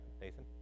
Nathan